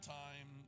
time